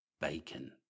Bacon